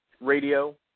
Radio